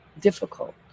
difficult